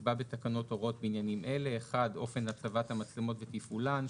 יקבע בתקנות הוראות בעניינים אלה: (1)אופן הצבת המצלמות ותפעולן,